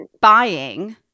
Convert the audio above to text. buying